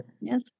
yes